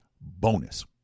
bonus